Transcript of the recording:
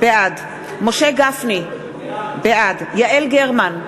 בעד משה גפני, בעד יעל גרמן,